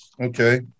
Okay